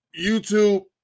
YouTube